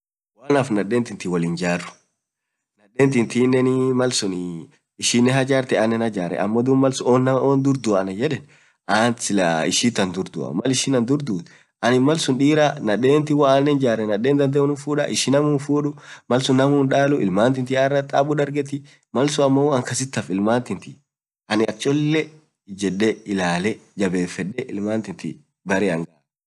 maal anaaf naden ti ntii woliin jaar, nadeen tintine malsuun hajartee anen hajaree, oont durr duaa anan yedeen? Ishit durr duaa edeen anin diraa hoo anen jaree dandee nadeen hinfudaa amoo ishii namuu hinfuduu, malsuun namuu hindaluu illman tintii araa taabu dargetii malsuun ilmaan tintii akcholle ijedee ilaledaa ilmantintii.